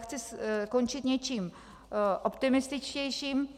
Chci skončit něčím optimističtějším.